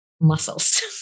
muscles